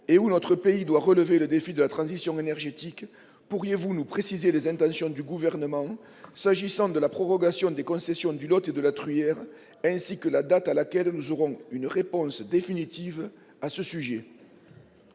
que notre pays doit relever le défi de la transition énergétique, pourriez-vous nous préciser les intentions du Gouvernement pour ce qui concerne la prorogation des concessions du Lot et de la Truyère, et nous indiquer la date à laquelle nous aurons une réponse définitive à ce sujet ?